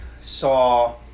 saw